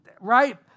right